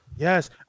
Yes